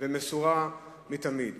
ומסורה מתמיד.